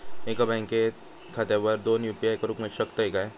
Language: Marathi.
एका बँक खात्यावर दोन यू.पी.आय करुक शकतय काय?